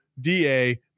DA